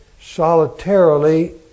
solitarily